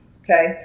Okay